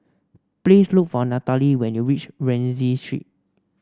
please look for Nathalie when you reach Rienzi Street